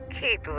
Keep